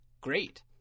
great